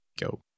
Go